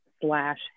slash